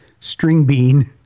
Stringbean